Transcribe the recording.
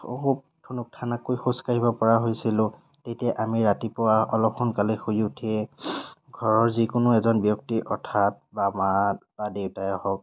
থুনুক থানাককৈ খোজ কাঢ়িব পৰা হৈছিলো তেতিয়া আমি ৰাতিপুৱা অলপ সোনকালে শুই উঠিয়েই ঘৰৰ যিকোনো এজন ব্যক্তি অৰ্থাৎ বা মা বা দেউতাই হওক